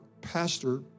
pastor